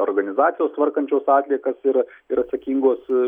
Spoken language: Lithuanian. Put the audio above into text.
organizacijos tvarkančios atliekas ir ir atsakingos